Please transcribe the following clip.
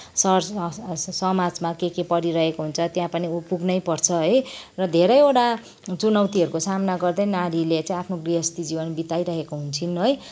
सहर समाजमा के के परिरहेको हुन्छ त्यहाँ पनि ऊ पुग्नैपर्छ है र धेरैवटा चुनौतीहरूको सामना गर्दै नारीले चाहिँ आफ्नो गृहस्थी जीवन बिताइरहेकी हुन्छिन् है